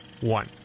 one